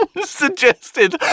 suggested